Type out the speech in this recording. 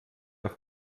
auf